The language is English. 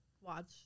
watch